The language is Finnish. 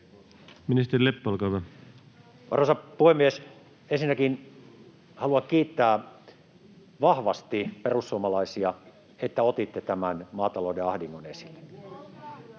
Time: 16:39 Content: Arvoisa puhemies! Ensinnäkin haluan kiittää vahvasti perussuomalaisia, että otitte tämän maatalouden ahdingon esille.